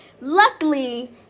Luckily